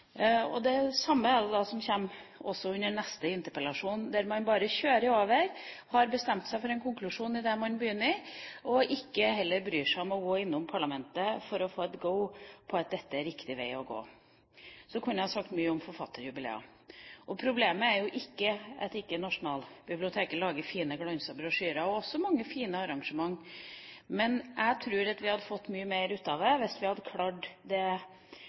kulturinstitusjoner. Det samme er det som kommer under neste interpellasjon. Man bare kjører over, har bestemt seg for en konklusjon idet man begynner, og bryr seg heller ikke om å gå innom parlamentet for å få et «go» på at dette er riktig vei å gå. Så kunne jeg sagt mye om forfatterjubileene. Problemet er jo ikke at Nasjonalbiblioteket ikke lager fine, glansede brosjyrer og også mange fine arrangement, men jeg tror at vi hadde fått mye mer ut av det hvis vi hadde klart å få ut det